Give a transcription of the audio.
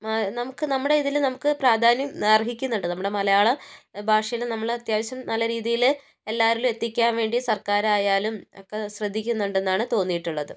നമുക്ക് നമ്മുടെ ഇതിൽ നമുക്ക് പ്രാധാന്യം അർഹിക്കുന്നുണ്ട് നമ്മുടെ മലയാളം ഭാഷേനെ നമ്മൾ അത്യാവശ്യം നല്ല രീതിയിൽ എല്ലാരിലും എത്തിക്കാൻ വേണ്ടി സർക്കാർ ആയാലും ഒക്കെ ശ്രദ്ധിക്കുന്നുണ്ടെന്നാണ് തോന്നിയിട്ടുള്ളത്